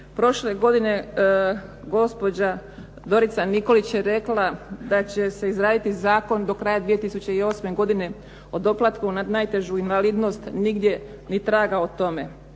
Prošle godine gospođa Dorica Niković je rekla da će se izraditi zakon do kraja 2008. godine o doplatku na najtežu invalidnost. Nigdje ni traga o tome.